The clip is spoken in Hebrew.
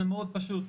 זה מאוד פשוט,